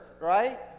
right